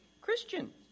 Christian